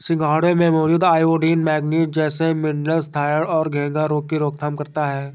सिंघाड़े में मौजूद आयोडीन, मैग्नीज जैसे मिनरल्स थायरॉइड और घेंघा रोग की रोकथाम करता है